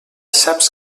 saps